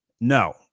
No